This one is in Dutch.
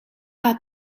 daar